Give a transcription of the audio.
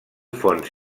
fons